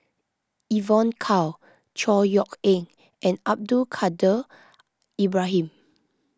Evon Kow Chor Yeok Eng and Abdul Kadir Ibrahim